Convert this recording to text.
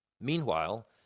Meanwhile